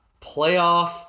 playoff